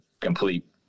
complete